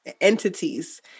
entities